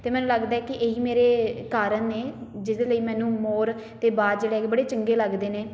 ਅਤੇ ਮੈਨੂੰ ਲੱਗਦਾ ਕਿ ਇਹ ਹੀ ਮੇਰੇ ਕਾਰਣ ਨੇ ਜਿਸਦੇ ਲਈ ਮੈਨੂੰ ਮੋਰ ਅਤੇ ਬਾਜ਼ ਜਿਹੜੇ ਹੈਗੇ ਬੜੇ ਚੰਗੇ ਲੱਗਦੇ ਨੇ